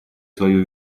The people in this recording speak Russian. свою